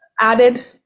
added